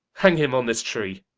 hang him on this tree,